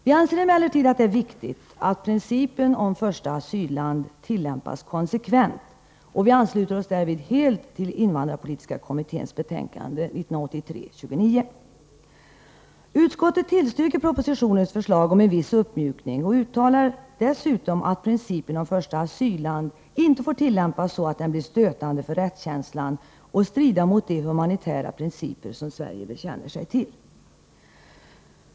Vi anser emellertid att det är viktigt att principen om första asylland tillämpas konsekvent. Vi ansluter oss därvidlag helt till vad som sägs i invandrarpolitiska kommitténs betänkande 1983:29. Utskottet tillstyrker propositionens förslag om en viss uppmjukning och uttalar dessutom att principen om första asylland inte får tillämpas så, att den blir stötande för rättskänslan och strider mot de humanitära principer som Sverige bekänner sig till.